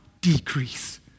decrease